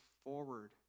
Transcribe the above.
forward